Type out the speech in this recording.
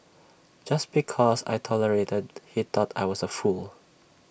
just because I tolerated he thought I was A fool